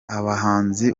abahinzi